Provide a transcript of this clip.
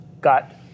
got